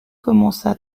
commença